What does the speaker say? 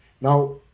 Now